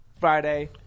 Friday